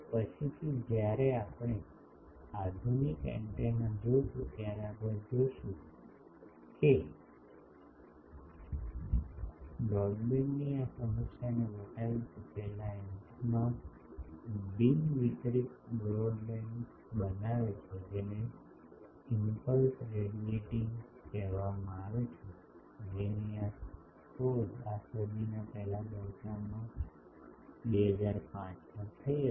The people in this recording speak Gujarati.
પછીથી જ્યારે આપણે આધુનિક એન્ટેના જોશું ત્યારે આપણે જોઈશું કે બ્રોડબેન્ડની આ સમસ્યાને વટાવી ચૂકેલા એન્ટેના અને ખરા અર્થમાં બિન વિતરિત બ્રોડબેન્ડ બનાવે છે જેને ઇમ્પલ્સ રેડિએટિંગ એન્ટેના કહેવામાં આવે છે જેની શોધ આ સદીના પહેલા દાયકામાં 2005 માં થઈ હતી